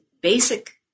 basic